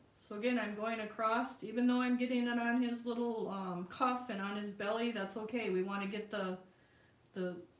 so again i'm going across even though i'm getting it on his little cuff and on his belly, that's okay. we want to get the the